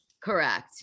Correct